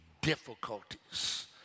difficulties